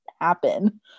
happen